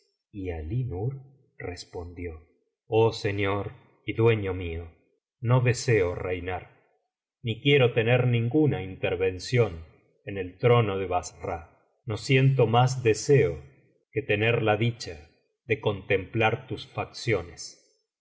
y alí nur respondió oh señor y dueño mío no deseo reinar ni quiero tener ninguna intervención en el trono ele bassra no siento más deseo que tener la dicha de contemplar tus facciones